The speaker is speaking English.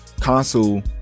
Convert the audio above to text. console